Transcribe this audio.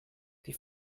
die